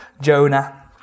Jonah